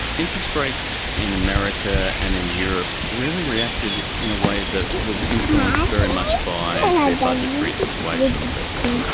interest rates in america and in europe really reacted in a way that was influenced very much by their budgetary situations over there.